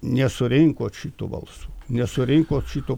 nesurinkot šitų balsų nesurinkot šito